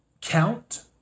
Count